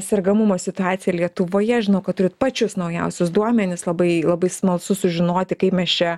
sergamumo situacija lietuvoje žinau kad turit pačius naujausius duomenis labai labai smalsu sužinoti kaip mes čia